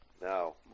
Now